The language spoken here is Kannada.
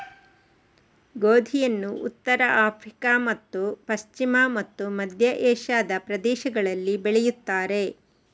ಗೋಧಿಯನ್ನು ಉತ್ತರ ಆಫ್ರಿಕಾ ಮತ್ತು ಪಶ್ಚಿಮ ಮತ್ತು ಮಧ್ಯ ಏಷ್ಯಾದ ಪ್ರದೇಶಗಳಲ್ಲಿ ಬೆಳೆಯುತ್ತಾರೆ